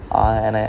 ah and I